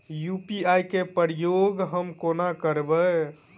UPI केँ प्रयोग हम कोना करबे?